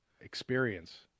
experience